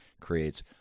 creates